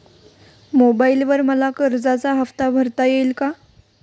मोबाइलवर मला कर्जाचा हफ्ता भरता येईल का?